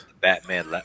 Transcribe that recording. batman